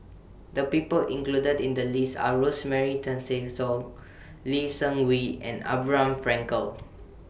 The People included in The list Are Rosemary Tessensohn Lee Seng Wee and Abraham Frankel